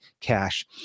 cash